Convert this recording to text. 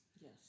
Yes